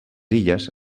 illes